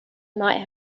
might